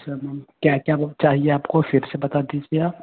अच्छा मैम क्या क्या चाहिए आपको फिर से बता दीजिए